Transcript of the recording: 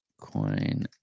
coin